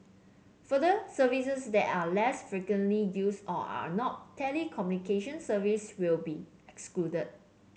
further services that are less frequently used or are not telecommunication service will be excluded